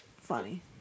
funny